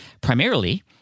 primarily